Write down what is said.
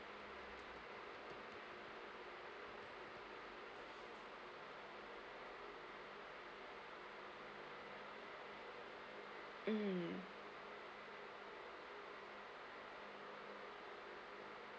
mm